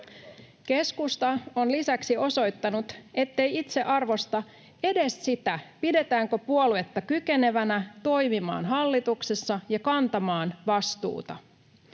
Keskusta on lisäksi osoittanut, ettei itse arvosta edes sitä, pidetäänkö puoluetta kykenevänä toimimaan hallituksessa ja kantamaan vastuuta.